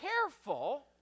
careful